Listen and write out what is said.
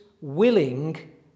willing